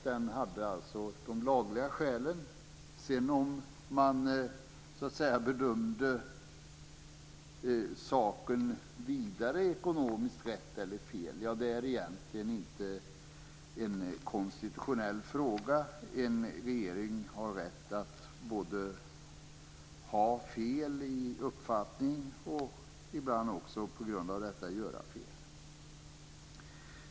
Den hade de lagliga skälen. Om man vidare bedömde saken ekonomiskt rätt eller fel är egentligen inte en konstitutionell fråga. En regering har rätt att både ha fel i uppfattning och ibland också på grund av detta göra fel.